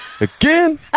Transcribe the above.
again